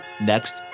next